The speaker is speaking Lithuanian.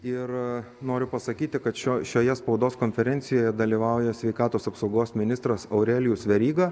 ir noriu pasakyti kad šioj šioje spaudos konferencijoje dalyvauja sveikatos apsaugos ministras aurelijus veryga